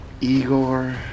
Igor